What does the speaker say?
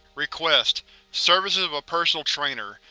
request services of a personal trainer.